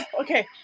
Okay